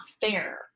fair